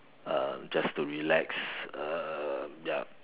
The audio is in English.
um just to relax um ya